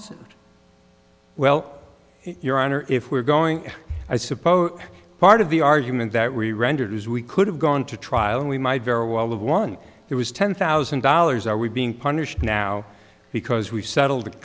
t well your honor if we're going i suppose part of the argument that we rendered is we could have gone to trial and we might very well have won it was ten thousand dollars are we being punished now because we settled